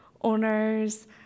owners